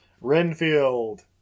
Renfield